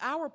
our